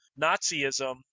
Nazism